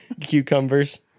Cucumbers